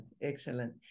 excellent